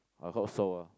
I hope so ah